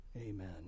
Amen